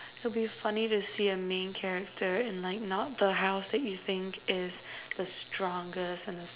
it'll be funny to see the main character in like not the house that you think is the strongest and